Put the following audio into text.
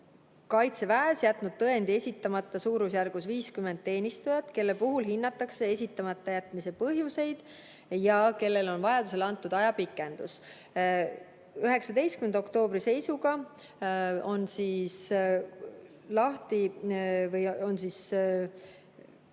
Kaitseväes jätnud tõendi esitamata suurusjärgus 50 teenistujat, kelle puhul hinnati esitamata jätmise põhjuseid ja kellele vajaduse korral anti ajapikendust. 19. oktoobri seisuga oli vabastamise